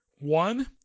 One